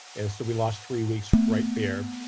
and so we lost three weeks right there.